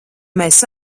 mēs